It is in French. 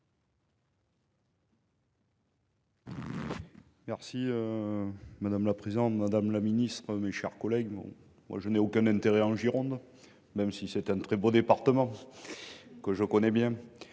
Merci. Madame la présidente, madame la ministre, mes chers collègues. Moi je n'ai aucun intérêt en Gironde, même si c'est un très beau département. Que je connais bien.